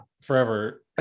forever